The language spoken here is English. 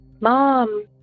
Mom